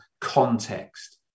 context